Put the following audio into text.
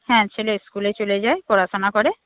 হ্যাঁ ছেলে স্কুলে চলে যায় পড়াশোনা করে